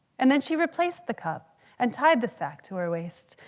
and then she replaced the cup and tied the sack to her waist,